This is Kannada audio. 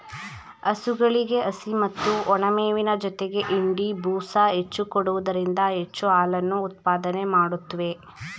ಹಸುಗಳಿಗೆ ಹಸಿ ಮತ್ತು ಒಣಮೇವಿನ ಜೊತೆಗೆ ಹಿಂಡಿ, ಬೂಸ ಹೆಚ್ಚು ಕೊಡುವುದರಿಂದ ಹೆಚ್ಚು ಹಾಲನ್ನು ಉತ್ಪಾದನೆ ಮಾಡುತ್ವೆ